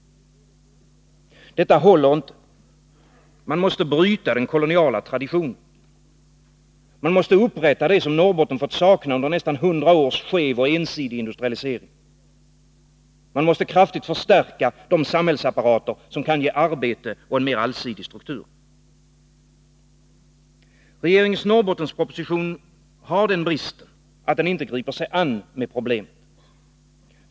Detta håller inte. Man måste bryta den koloniala traditionen. Man måste upprätta det som Norrbotten fått sakna under nästan 100 års skev och ensidig industrialisering. Man måste kraftigt förstärka de samhällsapparater som kan ge arbete och en mer allsidig struktur. Regeringens Norrbottensproposition har den bristen att den inte griper sig an med problemet.